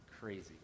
crazy